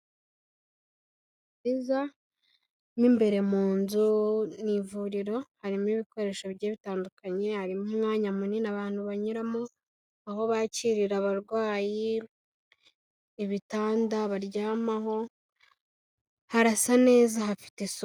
Ibitaro byiza mu imbere mu nzu ni ivuriro harimo ibikoresho bigiye bitandukanye, harimo umwanya munini abantu banyuramo, aho bakirira abarwayi, ibitanda baryamaho, harasa neza hafite isuku.